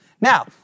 Now